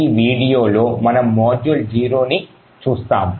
ఈ వీడియోలో మనం Module0 ని చూస్తాము